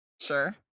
Sure